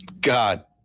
God